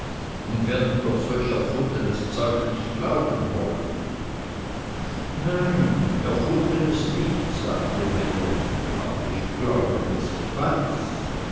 und werden doch solch erfundenes zeug nicht glauben wollen nein erfundenes nicht sagte wedell aber ich glaube was ich weiß